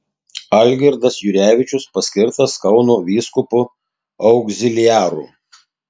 algirdas jurevičius paskirtas kauno vyskupu augziliaru